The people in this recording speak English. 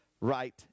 right